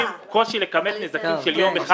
קושי לכמת נזקים של יום אחד.